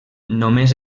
només